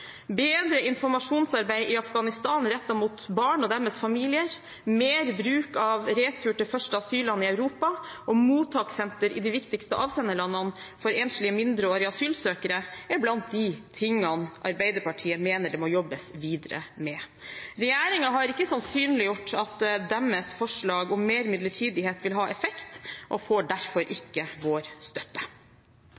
Bedre informasjonsarbeid i Afghanistan rettet mot barn og deres familier, mer bruk av retur til første asylland i Europa og mottakssenter i de viktigste avsenderlandene for enslige mindreårige asylsøkere er blant de tingene Arbeiderpartiet mener det må jobbes videre med. Regjeringen har ikke sannsynliggjort at deres forslag om mer midlertidighet vil ha effekt, og får derfor